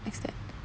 extend